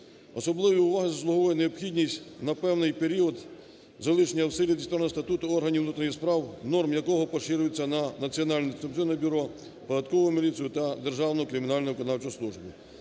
Особливої уваги заслуговує необхідність на певний період залишення в силі Дисциплінарного статуту органів внутрішніх справ, норми якого поширюються на Національне антикорупційне бюро, Податкову міліцію та Державну кримінально-виконавчу службу.